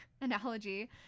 analogy